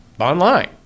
online